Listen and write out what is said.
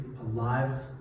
alive